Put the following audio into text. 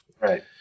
Right